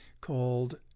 called